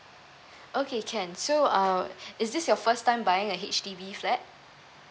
okay can so uh is this your first time buying a H_D_B flat